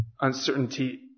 uncertainty